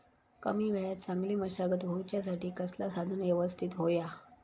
कमी वेळात चांगली मशागत होऊच्यासाठी कसला साधन यवस्तित होया?